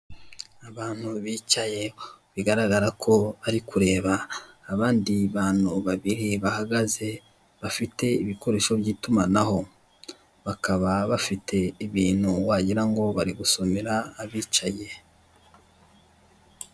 Abantu bicaye bigaragara ko bari kureba abandi bantu babiri bahagaze bafite ibikoresho by'itumanaho, bakaba bafite ibintu wagirango bari gusomera abicaye.